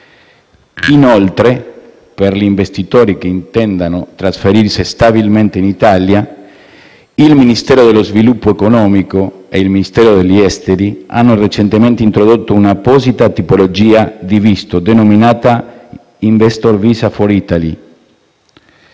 Inoltre, per gli investitori che intendano trasferirsi stabilmente in Italia, il Ministero dello sviluppo economico e il Ministero degli affari esteri hanno recentemente introdotto un'apposita tipologia di visto, denominata Investor Visa for Italy.